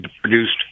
produced